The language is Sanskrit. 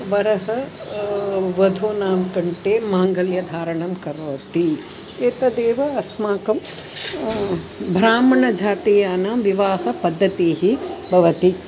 वरः वधोः कण्ठे माङ्गल्यधारणं करोति एतदेव अस्माकं ब्राह्मणजातीयानां विवाहपद्धतिः भवति